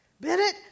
Bennett